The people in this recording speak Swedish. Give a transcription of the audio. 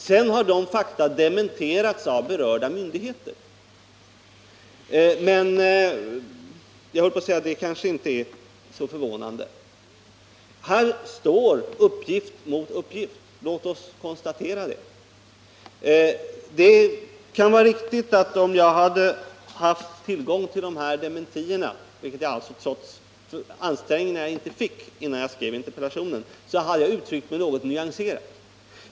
Sedan har dessa fakta dementerats av berörda myndigheter, men det kanske inte är så förvånande. Här står uppgift mot uppgift. Låt oss konstatera det. Det kan vara riktigt att jag, om jag hade haft tillgång till de här dementierna innan jag skrev interpellationen — vilket jag trots ansträngningar inte hade — skulle ha uttryckt mig något mer nyanserat.